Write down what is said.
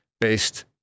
based